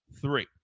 three